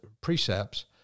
precepts